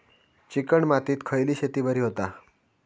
Chicken मातीत खयली शेती बरी होता?